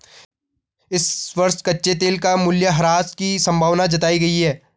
इस वर्ष कच्चे तेल का मूल्यह्रास की संभावना जताई गयी है